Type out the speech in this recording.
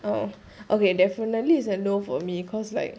oh okay definitely is a no for me cause like